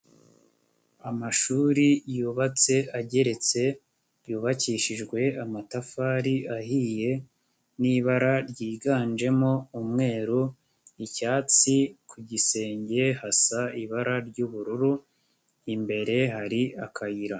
Amashuri yubatse ageretse, yubakishijwe amatafari ahiye n'ibara ryiganjemo umweru, icyatsi, ku gisenge hasa ibara ry'ubururu, imbere hari akayira.